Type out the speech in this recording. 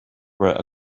were